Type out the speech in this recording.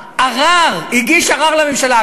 הגיש ערר לממשלה.